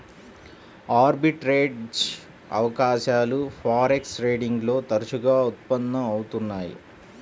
arbitrage అవకాశాలు forex trading లో తరచుగా ఉత్పన్నం అవుతున్నయ్యి